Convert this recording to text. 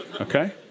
Okay